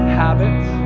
habits